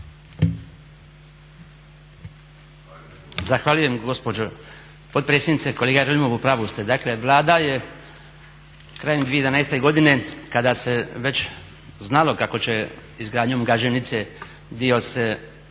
Zahvaljujem gospođo potpredsjednice. Kolega Jerolim upravu ste. Dakle Vlada je krajem 2011.godine kada se već znalo kako se izgradnjom Gaženice dio se